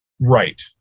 Right